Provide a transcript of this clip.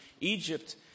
Egypt